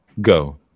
Go